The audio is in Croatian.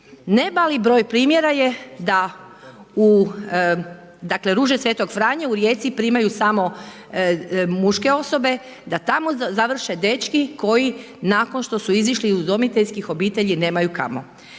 Ne mali broj primjera je da u dakle, Ruže svetog Franje u Rijeci primaju samo muške osobe, da tamo završe dečki koji nakon što su izašli iz udomiteljskih obitelji nemaju kamo.